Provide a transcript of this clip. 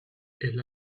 elle